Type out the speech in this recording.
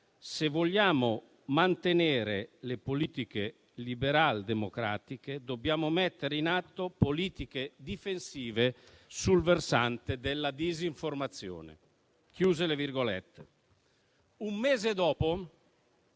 se vogliamo mantenere le politiche liberaldemocratiche, dobbiamo mettere in atto politiche difensive sul versante della disinformazione. Un mese dopo,